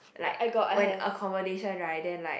like when accommodation right then like